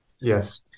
Yes